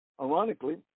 Ironically